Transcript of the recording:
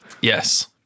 Yes